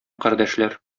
кардәшләр